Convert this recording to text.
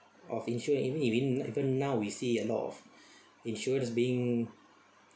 of insurance even even even now we see a lot of insurance being